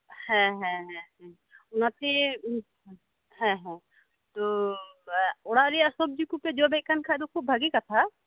ᱦᱮᱸ ᱦᱮᱸ ᱚᱱᱟᱛᱮ ᱦᱮᱸ ᱛᱚᱚᱲᱟᱜᱨᱮᱭᱟᱜ ᱥᱚᱵᱡᱤ ᱠᱚᱯᱮ ᱡᱚᱢᱮᱫ ᱠᱷᱟᱡᱫᱚ ᱠᱷᱩᱵ ᱵᱷᱟᱜᱤ ᱠᱟᱛᱷᱟ